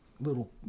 little